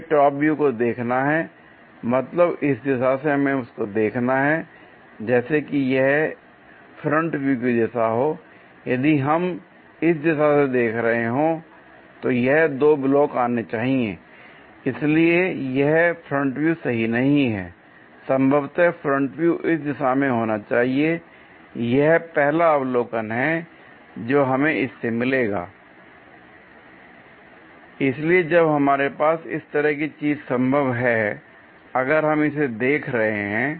हमें top view को देखना है मतलब इस दिशा से हमें इसको देखना है जैसे कि यह फ्रंट व्यू की दिशा हो यदि हम इस दिशा से देख रहे हो तो यह दो ब्लॉक आने चाहिए l इसलिए यह फ्रंट व्यू सही नहीं है संभवतः फ्रंट व्यू इस दिशा में होना चाहिए l यह पहला अवलोकन है जो हमें इस से मिलेगा l इसलिए जब हमारे पास इस तरह की चीज संभव है अगर हम इसे देख रहे हैं